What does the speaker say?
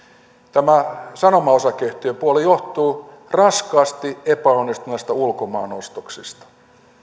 tämä sanoma osakeyhtiön puoli johtuu raskaasti epäonnistuneista ulkomaanostoksista